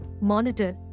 monitor